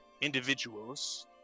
individuals